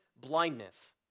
blindness